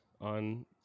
on